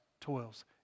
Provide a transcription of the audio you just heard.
toils